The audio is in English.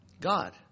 God